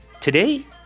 Today